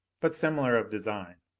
but similar of design.